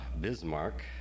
Bismarck